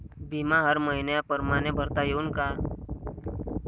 बिमा हर मइन्या परमाने भरता येऊन का?